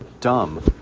dumb